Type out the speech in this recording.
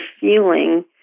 feeling